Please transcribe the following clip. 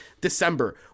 December